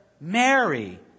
Mary